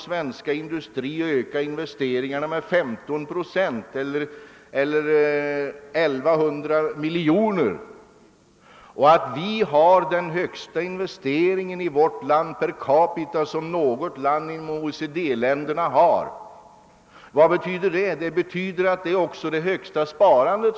Svensk industri vill öka investeringarna med 15 procent, eller 1100 miljoner. Vi har de högsta investeringarna per capita bland OECD-länderna. Det betyder också att vi har det högsta sparandet.